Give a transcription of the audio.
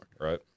right